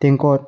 ꯇꯦꯡꯀꯣꯠ